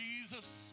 Jesus